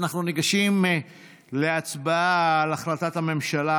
אנחנו ניגשים להצבעה על החלטת הממשלה,